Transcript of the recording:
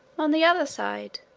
on the other side,